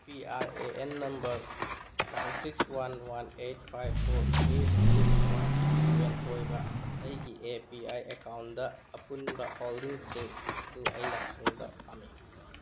P R A N number nine six one one eight five four three six one two seven ꯑꯣꯏꯕ ꯑꯩꯒꯤ A P I ꯑꯦꯀꯥꯎꯟꯗ ꯑꯄꯨꯟꯕ ꯍꯣꯜꯗꯤꯡꯁꯤꯡ ꯑꯗꯨ ꯑꯩꯅ ꯈꯪꯕ ꯄꯥꯝꯃꯤ